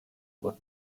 what